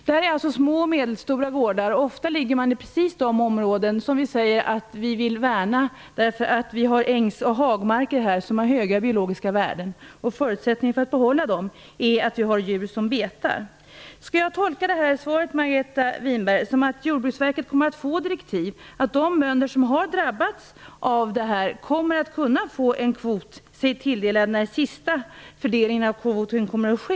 Det här gäller således små och medelstora gårdar. De ligger ofta i precis de områden som vi säger att vi vill värna, eftersom det finns ängs och hagmarker med höga biologiska värden. Förutsättningen att kunna behålla dem är att djur betar där. Skall jag tolka svaret, Margareta Winberg, så att Jordbruksverket kommer att få direktiv och att de bönder som har drabbats kommer att kunna få sig en kvot tilldelad när den sista fördelningen av kvoterna kommer att ske?